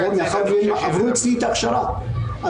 כי בעצם מערכת ההשכלה הגבוהה פלטה אותם